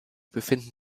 befinden